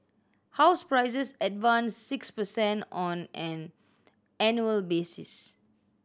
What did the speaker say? house prices advanced six per cent on an annual basis